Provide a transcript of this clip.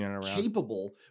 capable